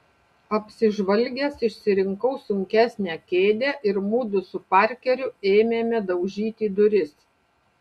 apsižvalgęs išsirinkau sunkesnę kėdę ir mudu su parkeriu ėmėme daužyti duris